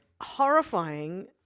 horrifying